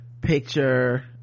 picture